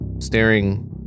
staring